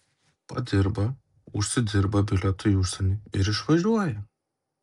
padirba užsidirba bilietui į užsienį ir išvažiuoja